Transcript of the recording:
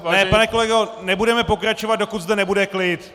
Ne, pane kolego, nebudeme pokračovat, dokud zde nebude klid!